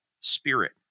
spirit